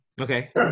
Okay